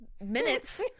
minutes